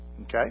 Okay